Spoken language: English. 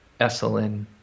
Esselin